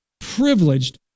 privileged